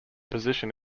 position